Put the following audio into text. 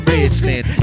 Richland